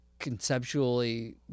conceptually